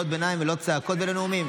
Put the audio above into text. ולקרוא קריאות ביניים, לא צעקות בין הנאומים.